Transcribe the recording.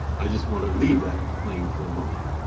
i just want to leave that plain for a moment,